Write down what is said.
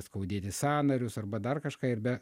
skaudėti sąnarius arba dar kažką ir be